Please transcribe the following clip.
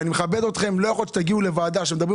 ואני מכבד אתכם לא יכול להיות שתגיעו לוועדה כשמדברים